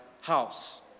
house